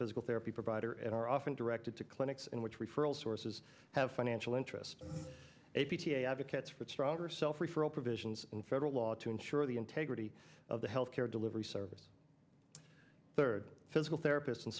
physical therapy provider and are often directed to clinics in which referral sources have financial interest a p t a advocates for stronger self referral provisions in federal law to ensure the integrity of the health care delivery service third physical therapists and